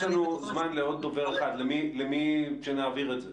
יש לנו זמן לעוד דובר אחד, למי שנעביר את זה?